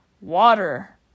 water